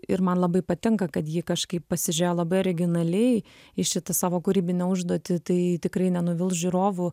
ir man labai patinka kad ji kažkaip pasižiūrėjo labai originaliai į šitą savo kūrybinę užduotį tai tikrai nenuvils žiūrovų